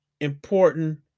Important